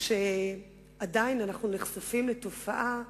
ועדיין אנחנו נחשפים לתופעה